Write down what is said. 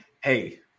hey